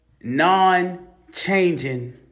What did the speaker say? non-changing